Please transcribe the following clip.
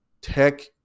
tech